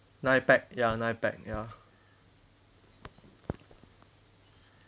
nine pack ya nine pack ya